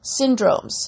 syndromes